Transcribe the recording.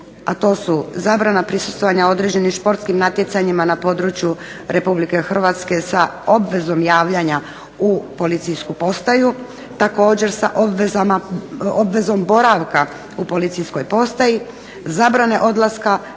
a to su zabrana prisustvovanja određenim športskim natjecanjima na području Republike Hrvatske sa obvezom javljanja u policijsku postaju. Također sa obvezom boravka u policijskoj postaji, zabrane odlaska